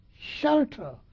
shelter